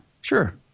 sure